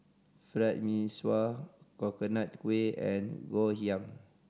Fried Mee Sua Coconut Kuih and Ngoh Hiang